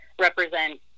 represent